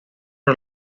out